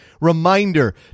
Reminder